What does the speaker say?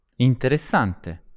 Interessante